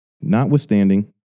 Notwithstanding